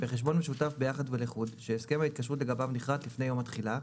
בחשבון משותף ביחד ולחוד שהסכם ההתקשרות לגביו נכרת לפני יום התחילה,